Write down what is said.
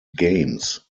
games